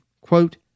quote